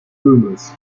boomers